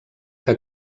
que